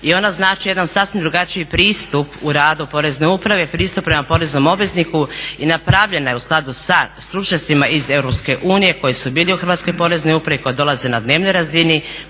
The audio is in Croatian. i ona znači sasvim jedan drugačiji pristup u radu Porezne uprave pristup prema poreznom obvezniku i napravljena je u skladu s stručnjacima iz EU koji su bili u hrvatskoj Poreznoj upravi koji dolaze na dnevnoj i